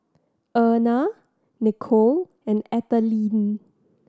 Erna Nicolle and Ethelene